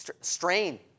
strain